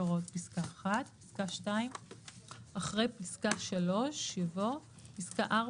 הוראות פסקה (1);"; אחרי פסקה (3) יבוא: "(4)